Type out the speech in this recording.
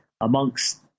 amongst